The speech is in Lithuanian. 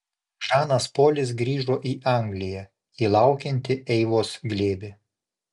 žanas polis grįžo į angliją į laukiantį eivos glėbį